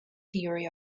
theory